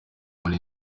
muri